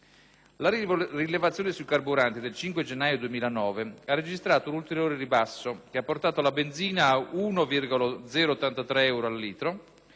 La rilevazione sui carburanti del 5 gennaio 2009 ha registrato un ulteriore ribasso, che ha portato la benzina a 1,083 euro a litro